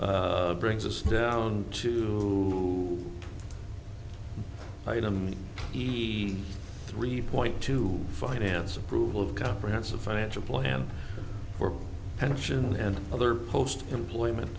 brings us down to item d three point two finance approval of comprehensive financial plan for pension and other post employment